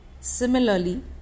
similarly